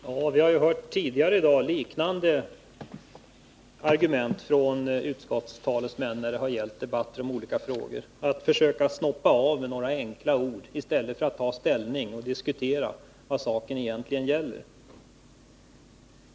Herr talman! Vi har tidigare i dag hört liknande argument från utskottstalesmän i debatter om olika frågor. I stället för att diskutera vad saken egentligen gäller har man försökt snoppa av det hela med några enkla ord.